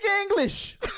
English